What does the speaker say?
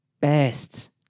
best